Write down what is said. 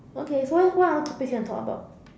okay what what other topics you want to talk about